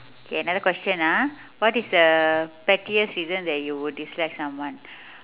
okay another question ah what is the pettiest reason that you would dislike someone